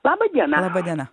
laba diena laba diena